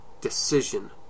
decision